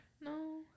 No